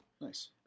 Nice